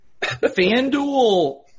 FanDuel